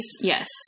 Yes